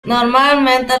normalmente